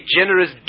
generous